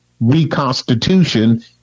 reconstitution